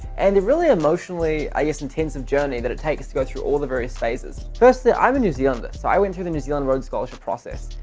and the really emotionally, i guess, intensive journey that it takes to go through all the various phases. first thing, i'm a new zealander, so i went through the new zealand rhodes scholarship process,